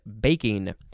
baking